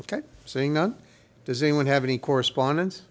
on does anyone have any correspondence